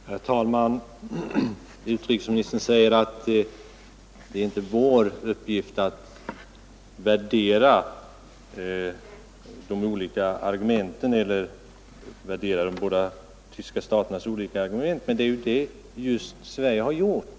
Herr talman! Utrikesministern säger att det inte är vår uppgift att värdera de båda tyska staternas olika argument, men det är ju just det Sverige har gjort.